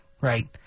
right